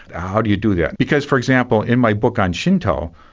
how do you do that? because for example, in my book on shinto,